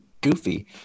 goofy